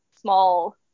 small